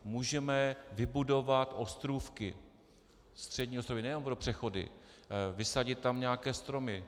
Můžeme vybudovat ostrůvky střední ostrovy nejenom pro přechody, vysadit tam nějaké stromy.